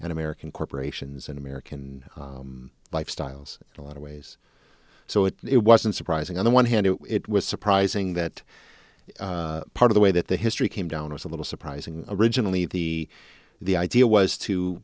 d american corporations and american lifestyles in a lot of ways so it wasn't surprising on the one hand it was surprising that part of the way that the history came down was a little surprising originally the the idea was to